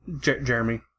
Jeremy